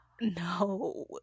no